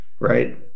Right